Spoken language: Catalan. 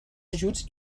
ajuts